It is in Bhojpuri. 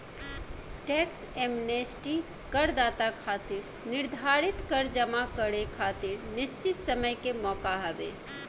टैक्स एमनेस्टी करदाता खातिर निर्धारित कर जमा करे खातिर निश्चित समय के मौका हवे